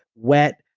wet,